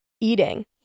eating